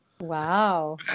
Wow